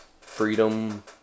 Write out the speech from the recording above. Freedom